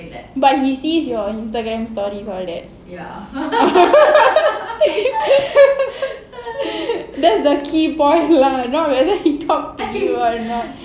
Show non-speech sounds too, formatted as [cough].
but he sees your Instagram stories all that [laughs] that's the key point lah not whether he come to you or not